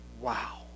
wow